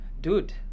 dude